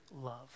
love